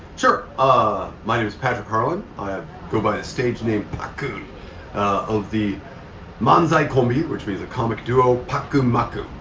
sure. ah my name is patrick harlan. i um go by the stage name pakuun of the manzai-komi which means a comic duo pakuunmakuun.